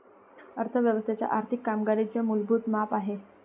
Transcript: अर्थ व्यवस्थेच्या आर्थिक कामगिरीचे मूलभूत माप आहे